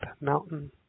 mountain